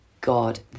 god